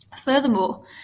Furthermore